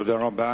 תודה רבה.